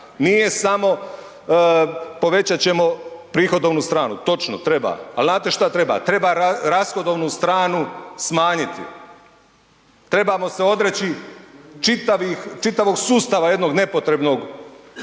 Nije samo povećati ćemo prihodovnu stranu. Točno, treba ali znate šta treba? Treba rashodovnu stranu smanjiti. Trebamo se odreći čitavog sustava jednog nepotrebnog,